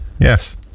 Yes